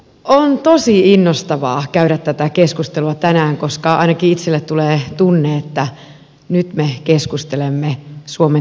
on tosi innostavaa käydä tätä keskustelua tänään koska ainakin itselleni tulee tunne että nyt me keskustelemme suomen tulevaisuudesta